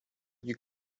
you